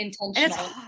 intentional